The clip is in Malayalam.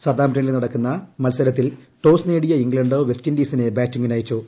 സതാംപ്റ്റണിൽ നടക്കുന്ന മത്സരത്തിൽ ടോസ് നേടിയ ഇംഗ്ലണ്ട് വെസ്റ്റിൻഡീസിനെ ബാറ്റിംഗിയച്ചു